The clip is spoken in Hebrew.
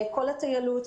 כל הטיילות,